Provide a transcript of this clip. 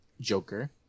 Joker